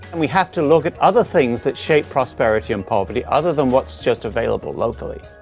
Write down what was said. we have to look at other things that shape prosperity and poverty other than what's just available locally.